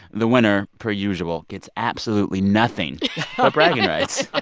the winner, per usual, gets absolutely nothing but bragging rights ah